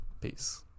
Peace